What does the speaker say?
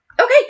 Okay